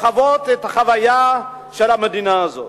לחוות את החוויה של המדינה הזאת.